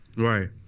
right